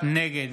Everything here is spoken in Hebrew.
נגד